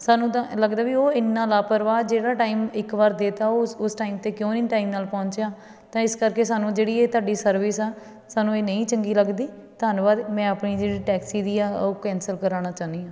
ਸਾਨੂੰ ਤਾਂ ਲੱਗਦਾ ਵੀ ਉਹ ਐਨਾ ਲਾਪਰਵਾਹ ਜਿਹੜਾ ਟਾਈਮ ਇੱਕ ਵਾਰ ਦੇ ਤਾ ਉਹ ਉਸ ਉਸ ਟਾਈਮ 'ਤੇ ਕਿਉਂ ਨਹੀਂ ਟਾਈਮ ਨਾਲ ਪਹੁੰਚਿਆ ਤਾਂ ਇਸ ਕਰਕੇ ਸਾਨੂੰ ਜਿਹੜੀ ਇਹ ਤੁਹਾਡੀ ਸਰਵਿਸ ਆ ਸਾਨੂੰ ਇਹ ਨਹੀਂ ਚੰਗੀ ਲੱਗਦੀ ਧੰਨਵਾਦ ਮੈਂ ਆਪਣੀ ਜਿਹੜੀ ਟੈਕਸੀ ਦੀ ਆ ਉਹ ਕੈਂਸਲ ਕਰਵਾਉਣਾ ਚਾਹੁੰਦੀ ਹਾਂ